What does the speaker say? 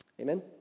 Amen